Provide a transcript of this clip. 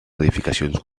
edificacions